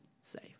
safe